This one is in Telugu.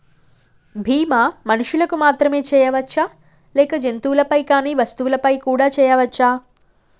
బీమా మనుషులకు మాత్రమే చెయ్యవచ్చా లేక జంతువులపై కానీ వస్తువులపై కూడా చేయ వచ్చా?